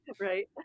Right